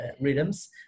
rhythms